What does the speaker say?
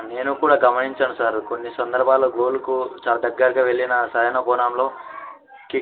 నేను కూడా గమనించాను సార్ కొన్ని సందర్భాలో గోలుకు చాలా దగ్గరకి వెళ్ళిన సరైన క్షణంలో